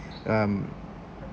um